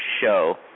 show